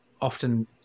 often